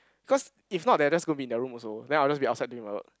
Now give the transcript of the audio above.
cause if not they'll just go be in their room also then I'll just be outside doing my work